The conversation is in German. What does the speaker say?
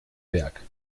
werk